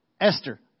Esther